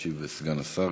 ישיב סגן השר,